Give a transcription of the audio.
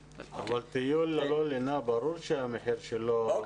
טיול ללא לינה, ברור שהמחיר שלו הוא שונה.